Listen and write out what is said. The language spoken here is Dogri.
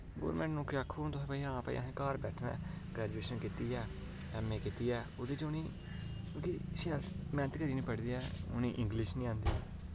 गौरमैंट नौकरी आक्खो हून तुस भाई हां भाई असें ई घर बैठैं दै गरैजुएशन कीती ऐ ऐम ए कीती ऐ ओह्दे उनें मतलव कि शैल मैह्नत करियै नी पढ़ी दी ऐ उनें ई इंगलिश नी आंदी